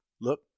Look